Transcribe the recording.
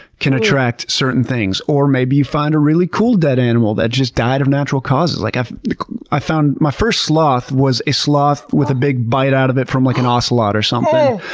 can attract certain things, or maybe you find a really cool dead animal that just died of natural causes. like ah i found, my first sloth was a sloth with a big bite out of it from like an ocelot or something,